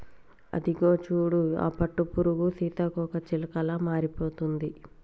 అదిగో చూడు ఆ పట్టుపురుగు సీతాకోకచిలుకలా మారిపోతుంది